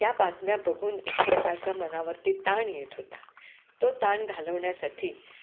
त्या बातम्या बघून एक प्रकारचा मनावरती ताण येत होता तो ताण घालवण्यासाठी